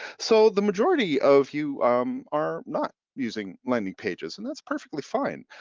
so the majority of you are not using landing pages and that's perfectly fine.